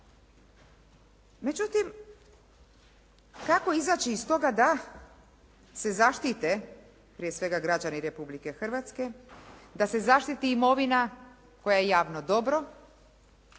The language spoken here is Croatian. Međutim kako izaći iz toga da se zaštite prije svega građani Republike Hrvatske, da se zaštiti imovina koja je javno dobro,